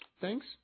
thanks